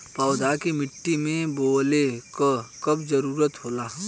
पौधा के मिट्टी में बोवले क कब जरूरत होला